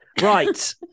Right